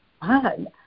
fun